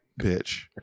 bitch